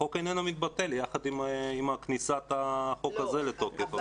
החוק איננו מתבטל יחד עם כניסת החוק הזה לתוקף.